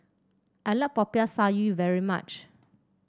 I like Popiah Sayur very much